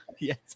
Yes